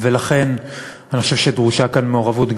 ולכן אני חושב שדרושה כאן מעורבות,